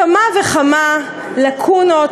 כמה וכמה לקונות,